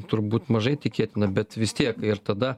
turbūt mažai tikėtina bet vis tiek ir tada